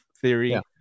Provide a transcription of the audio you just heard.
theory